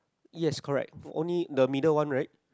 yes correct only the middle one right